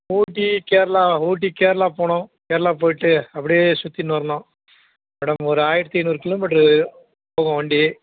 ஊட்டி கேரளா ஊட்டி கேரளா போகணும் கேரளாக்கு போய்விட்டு அப்படியே சுற்றின்னு வரணும் மேடம் ஒரு ஆயிரத்து ஐந்நூறு கிலோமீட்ரு போகும் வண்டி